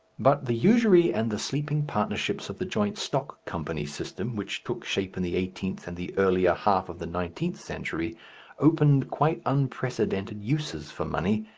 but the usury and the sleeping partnerships of the joint stock company system which took shape in the eighteenth and the earlier half of the nineteenth century opened quite unprecedented uses for money,